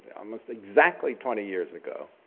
almost exactly twenty years ago,